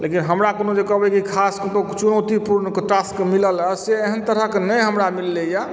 लेकिन हमरा कोनो जे कहबै खास कत्तौ चुनौतीपूर्ण टास्क मिलल हैं से एहन तरहक नहि हमरा मिललै हैं